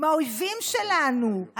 עם האויבים שלנו.